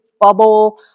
bubble